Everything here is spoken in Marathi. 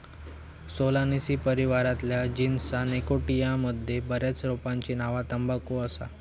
सोलानेसी परिवारातल्या जीनस निकोटियाना मध्ये बऱ्याच रोपांची नावा तंबाखू असा